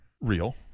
real